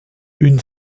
une